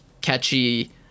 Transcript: catchy